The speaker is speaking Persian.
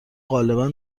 غالبا